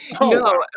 No